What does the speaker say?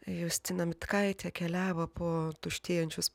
justina mitkaitė keliavo po tuštėjančius